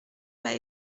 pas